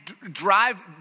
drive